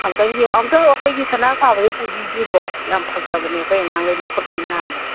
ꯑꯝꯇꯪ ꯑꯝꯇꯪ ꯑꯩꯈꯣꯏꯒꯤ ꯁꯅꯥ ꯁꯥꯕꯁꯦ ꯎꯕꯤꯗ꯭ꯔꯤꯕꯣ ꯌꯥꯝ ꯐꯖꯕꯅꯦ ꯑꯩꯈꯣꯏ ꯑꯉꯥꯡꯒꯩ ꯃꯈꯨꯠ ꯂꯣꯏ ꯅꯥꯟꯕꯅꯦ